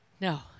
No